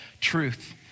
truth